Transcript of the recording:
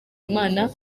imana